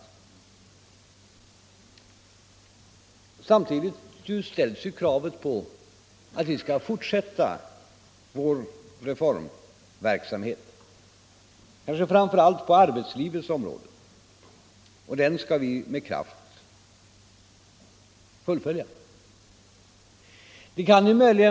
Samtidigt ställs kravet att vi skall fortsätta vår reformverksamhet — kanske framför allt på arbetslivets område. Det skall vi med kraft göra.